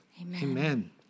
Amen